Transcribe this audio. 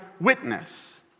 witness